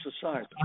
Society